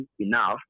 enough